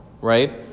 Right